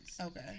Okay